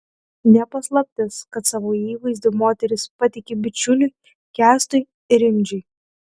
ne paslaptis kad savo įvaizdį moteris patiki bičiuliui kęstui rimdžiui